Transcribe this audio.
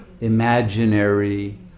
imaginary